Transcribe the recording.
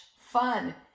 fun